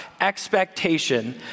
expectation